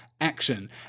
action